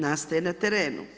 Nastaje na terenu.